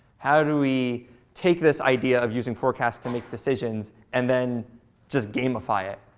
how do we take this idea of using forecast to make decisions and then just gamify it,